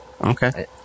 Okay